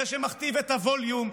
זה שמכתיב את הווליום,